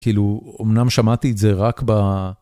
כאילו אמנם שמעתי את זה רק ב...